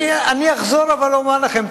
אני אחזור ואומר לכם.